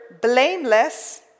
blameless